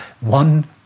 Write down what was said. one